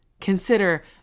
Consider